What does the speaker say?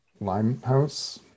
Limehouse